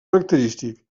característic